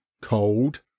cold